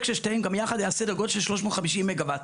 של שתיהן גם יחד היה סדר גודל של 350 מגה וואט,